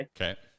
Okay